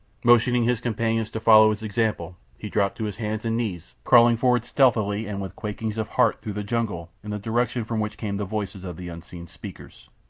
motioning his companions to follow his example, he dropped to his hands and knees, crawling forward stealthily and with quakings of heart through the jungle in the direction from which came the voices of the unseen speakers.